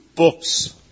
Books